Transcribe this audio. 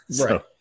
right